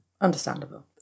Understandable